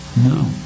No